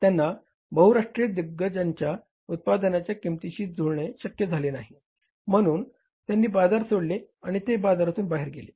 त्यांना बहुराष्ट्रीय दिग्गजांच्या उत्पादनाच्या किंमतीशी जुळणे शक्य झाले नाही म्हणून त्यांनी बाजार सोडले आणि ते बाजारातून बाहेर गेले